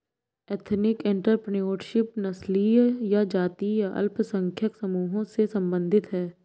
ethnic entrepreneurship नस्लीय या जातीय अल्पसंख्यक समूहों से संबंधित हैं